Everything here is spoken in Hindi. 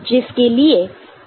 जिसके लिए T2 ऑन रहता है